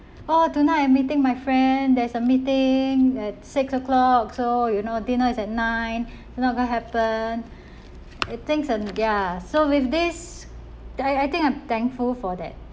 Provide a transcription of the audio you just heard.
oh tonight I'm meeting my friend there's a meeting at six o'clock so you know dinner is at nine not going to happen it thinks and ya so with this I I think I'm thankful for that